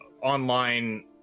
online